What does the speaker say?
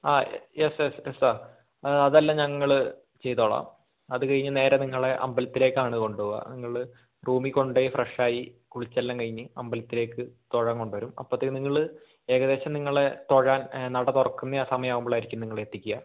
അതെ yes yes yes sir അതെല്ലാം ഞങ്ങൾ ചെയ്തോളാം അത് കഴിഞ്ഞ് നേരെ നിങ്ങളെ അമ്പലത്തിലേക്കാണ് കൊണ്ട് പോവുക നിങ്ങൾ റൂമിൽ കൊണ്ടുപോയി ഫ്രഷ് ആയി കുളിച്ചെല്ലാം കഴിഞ്ഞ് അമ്പലത്തിലേക്ക് തൊഴാൻ കൊണ്ട് വരും അപ്പോഴത്തേക്കും നിങ്ങൾ ഏകദേശം നിങ്ങളെ തൊഴാൻ നട തുറക്കുന്ന ആ സമയം ആകുമ്പോളായിരിക്കും നിങ്ങളെ എത്തിക്കുക